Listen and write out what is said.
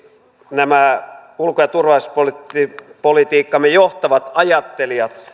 nämä ulko ja turvallisuuspolitiikkamme johtavat ajattelijat